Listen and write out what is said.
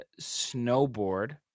snowboard